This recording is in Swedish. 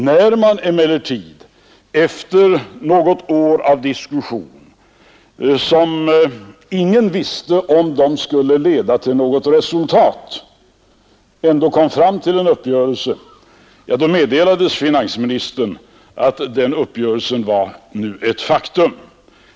När man emellertid efter något år av diskussion — och under den tiden visste ingen huruvida förhandlingen skulle leda till något resultat — ändå kom fram till en uppgörelse meddelades finansministern att denna uppgörelse var ett faktum.